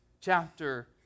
chapter